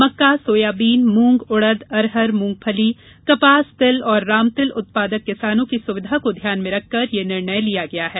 मक्का soybean मूंग उड़द अरहर मूंगफली कपास तिल और रामतिल उत्पादक किसानों की सुविधा को ध्यान में रखकर यह निर्णय लिया गया है